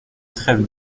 trève